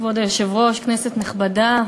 כבוד היושב-ראש, כנסת נכבדה,